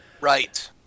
Right